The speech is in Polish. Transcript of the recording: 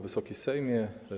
Wysoki Sejmie!